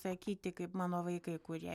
sakyti kaip mano vaikai kurie